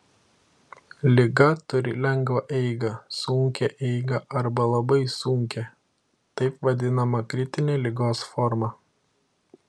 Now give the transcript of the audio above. liga turi lengvą eigą sunkią eigą arba labai sunkią taip vadinamą kritinę ligos formą